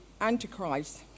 Antichrist